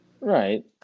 Right